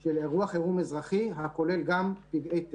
של אירוע חירום אזרחי, הכולל גם פגעי טבע.